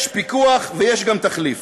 יש פיקוח ויש גם תחליף,